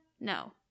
no